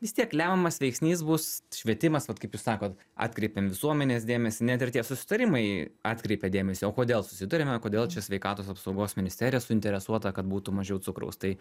vis tiek lemiamas veiksnys bus švietimas vat kaip jūs sakot atkreipiam visuomenės dėmesį net ir tie susitarimai atkreipia dėmesį o kodėl susitariame kodėl čia sveikatos apsaugos ministerija suinteresuota kad būtų mažiau cukraus tai